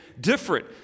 different